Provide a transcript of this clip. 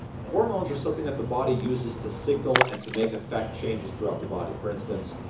hormones are something that the body uses to signal and to make effect changes throughout the body. for instance,